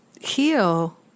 heal